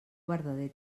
verdader